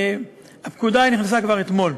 הפקודה נכנסה כבר אתמול.